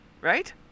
Right